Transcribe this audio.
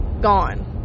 gone